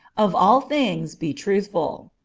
of all things be truthful.